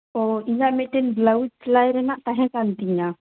ᱚ ᱤᱧᱟᱹᱜ ᱢᱤᱫᱴᱮᱱ ᱵᱞᱟᱣᱩᱡ ᱥᱮᱞᱟᱭ ᱨᱮᱱᱟᱜ ᱛᱟᱦᱮᱸᱠᱟᱱ ᱛᱤᱧᱟᱹ